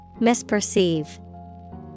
Misperceive